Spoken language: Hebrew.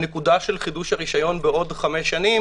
הנקודה של חידוש הרשיון בעוד חמש שנים